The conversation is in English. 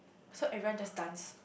so everyone just dance